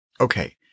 Okay